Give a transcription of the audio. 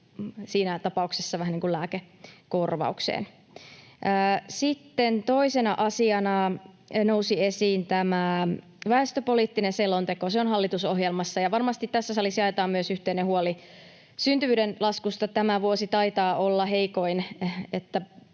siinä tapauksessa vähän niin kuin lääkekorvaukseen. Sitten toisena asiana nousi esiin tämä väestöpoliittinen selonteko. Se on hallitusohjelmassa, ja varmasti tässä salissa jaetaan myös yhteinen huoli syntyvyyden laskusta. Tämä vuosi taitaa olla heikoin,